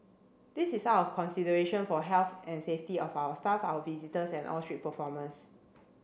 this is out of consideration for health and safety of our staff our visitors and all street performers